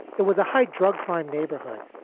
it was a high drug crime neighborhood.